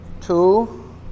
Two